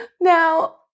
Now